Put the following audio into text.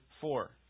four